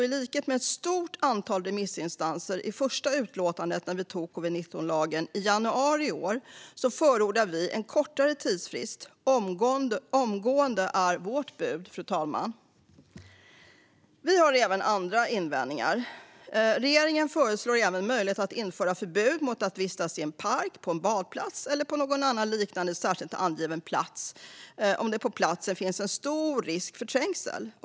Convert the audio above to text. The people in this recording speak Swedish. I likhet med ett stort antal remissinstansers första utlåtanden, när vi antog covid-19-lagen i januari i år, förordar vi en kortare tidsfrist. "Omgående" är vårt bud, fru talman. Vi har även andra invändningar. Regeringen föreslår även en möjlighet att införa förbud mot att vistas i en park, på en badplats eller på någon annan liknande särskilt angiven plats om det på platsen finns en stor risk för trängsel.